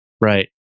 Right